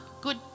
good